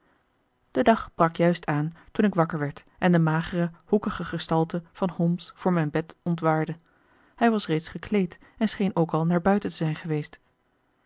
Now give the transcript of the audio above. de dag brak juist aan toen ik wakker werd en de magere hoekige gestalte van holmes voor mijn bed ontwaarde hij was reeds gekleed en scheen ook al naar buiten te zijn geweest